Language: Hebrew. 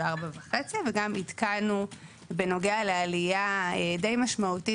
4.5. וגם עדכנו בנוגע לעלייה די משמעותית,